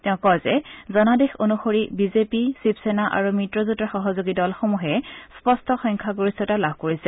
তেওঁ কয় যে জনাদেশ অনুসৰি বিজেপি শিৱসেনা আৰু মিত্ৰজেঁটৰ সহযোগী দলসমূহে স্পষ্ট সংখ্যাগৰিষ্ঠতা লাভ কৰিছে